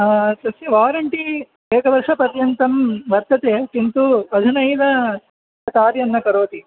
तस्य वारण्टि एकवर्षपर्यन्तं वर्तते किन्तु अधुनैव कार्यं न करोति